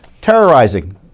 terrorizing